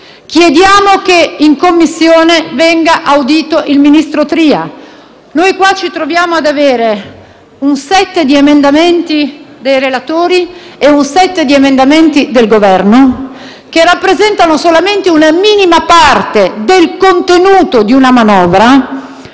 chiediamo che in Commissione venga audito il ministro Tria. Noi ci troviamo ad avere un *set* di emendamenti dei relatori e un *set* di emendamenti del Governo che rappresentano solamente una minima parte del contenuto di una manovra